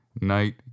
night